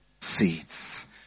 seeds